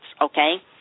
okay